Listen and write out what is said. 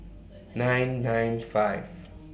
nine nine five